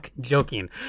joking